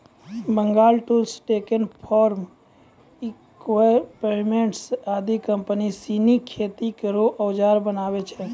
Bengal tools, Deccan farm equipments आदि company सिनी खेती केरो औजार बनावै छै